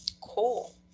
Cool